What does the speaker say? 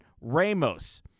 Ramos